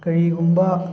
ꯀꯔꯤꯒꯨꯝꯕ